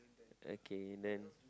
okay then